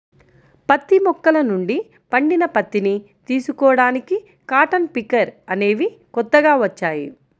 పత్తి మొక్కల నుండి పండిన పత్తిని తీసుకోడానికి కాటన్ పికర్ అనేవి కొత్తగా వచ్చాయి